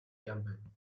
campaign